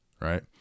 Right